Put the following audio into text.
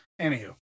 Anywho